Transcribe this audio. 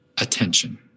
attention